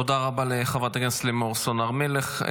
תודה רבה לחברת הכנסת לימור סון הר מלך.